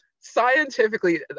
Scientifically